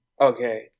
Okay